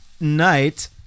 night